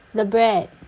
the bread